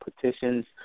petitions